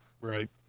right